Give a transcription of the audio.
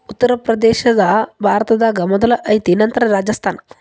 ಉತ್ತರ ಪ್ರದೇಶಾ ಭಾರತದಾಗ ಮೊದಲ ಐತಿ ನಂತರ ರಾಜಸ್ಥಾನ